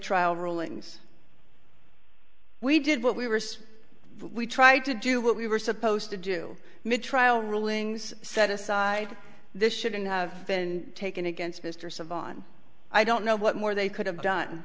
trial rulings we did what we were we tried to do what we were supposed to do make trial rulings set aside this shouldn't have been taken against mr savant i don't know what more they could have done